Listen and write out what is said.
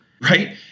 Right